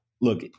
Look